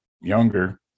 younger